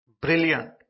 Brilliant